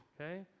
okay